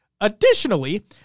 Additionally